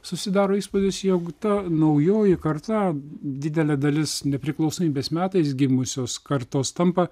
susidaro įspūdis jog ta naujoji karta didelė dalis nepriklausomybės metais gimusios kartos tampa